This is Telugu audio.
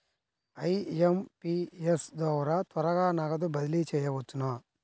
ఐ.ఎం.పీ.ఎస్ ద్వారా త్వరగా నగదు బదిలీ చేయవచ్చునా?